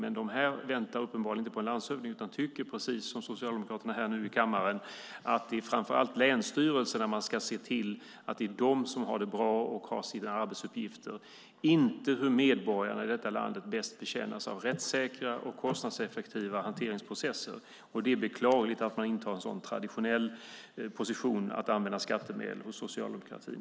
Men de här socialdemokraterna väntar uppenbarligen inte på en landshövding utan tycker precis som socialdemokraterna i kammaren att man framför allt ska se till att länsstyrelserna har det bra och har sina arbetsuppgifter, inte hur medborgarna i landet bäst betjänas av rättssäkra och kostnadseffektiva hanteringsprocesser. Det är beklagligt att man intar en så traditionell position i användningen av skattemedel hos socialdemokratin.